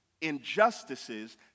injustices